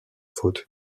faute